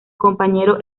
compañero